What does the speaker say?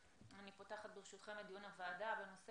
אני פותחת ברשותכם את דיון הוועדה בנושא